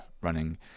running